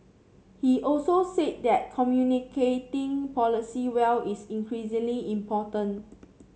he also said that communicating policy well is increasingly important